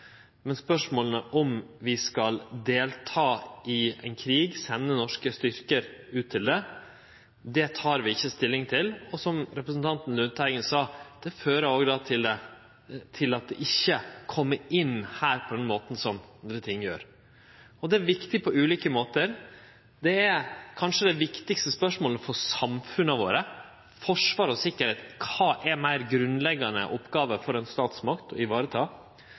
men spørsmål som gjeld om vi skal delta i ein krig, sende norske styrkar ut i krig, tek vi ikkje stilling til. Og som representanten Lundteigen sa, fører det òg til at det ikkje kjem inn her på same måten som andre saker gjer. Det er viktig på ulike måtar. Det er kanskje det viktigaste spørsmålet for samfunnet vårt – forsvar og sikkerheit. Kva oppgåve er meir grunnleggjande for ei statsmakt å